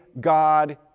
God